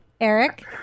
Eric